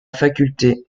faculté